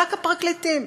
רק הפרקליטים,